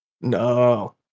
No